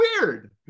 weird